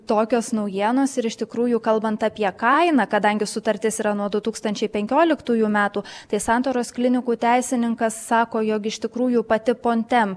tokios naujienos ir iš tikrųjų kalbant apie kainą kadangi sutartis yra nuo du tūkstančiai penkioliktųjų metų tai santaros klinikų teisininkas sako jog iš tikrųjų pati pontem